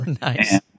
Nice